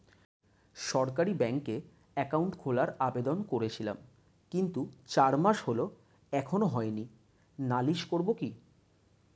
সরকারি ব্যাংকে একাউন্ট খোলার আবেদন করেছিলাম কিন্তু চার মাস হল এখনো হয়নি নালিশ করব কি?